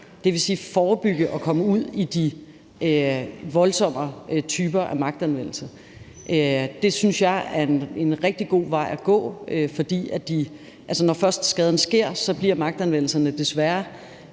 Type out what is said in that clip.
dvs. forebygge at komme ud i de voldsommere typer af magtanvendelse. Det synes jeg er en rigtig god vej at gå, for når først skaden sker, bliver magtanvendelserne desværre